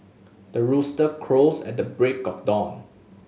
the rooster crows at the break of dawn